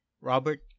Robert